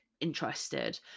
interested